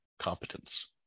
competence